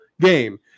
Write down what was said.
game